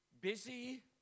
Busy